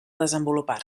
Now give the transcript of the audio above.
desenvolupar